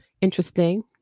interesting